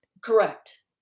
Correct